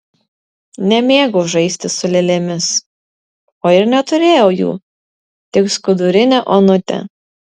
nemėgau žaisti su lėlėmis o ir neturėjau jų tik skudurinę onutę